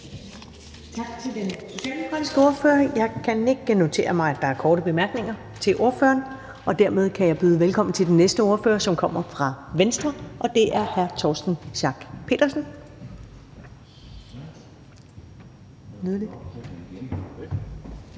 Tak til den socialdemokratiske ordfører. Jeg kan ikke notere mig, at der er korte bemærkninger til ordføreren. Og dermed kan jeg byde velkommen til næste ordfører, som kommer fra Venstre, og det er hr. Torsten Schack Pedersen.